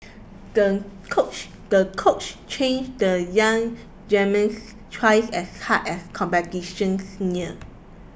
the coach the coach trained the young twice as hard as competitions near